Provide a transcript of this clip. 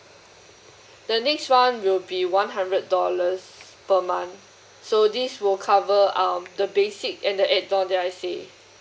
the next one will be one hundred dollars per month so this will cover um the basic and the add on that I say